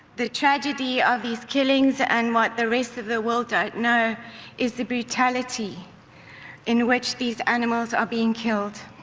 the tragedy of these killings and what the rest of the world don't know is the brutality in which these animals are being killed.